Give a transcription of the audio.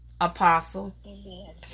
Apostle